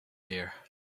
here